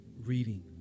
reading